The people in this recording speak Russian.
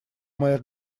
моих